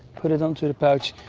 put it on to the pouch.